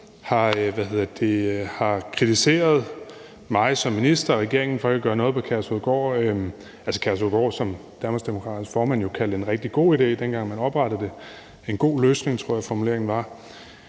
har kritiseret mig som minister og regeringen for ikke at gøre noget ved Kærshovedgård, altså Kærshovedgård, som Danmarksdemokraternes formand jo kaldte en rigtig god idé, dengang man oprettede det – en god løsning, tror jeg formuleringen var.